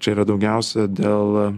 čia yra daugiausia dėl